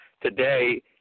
today –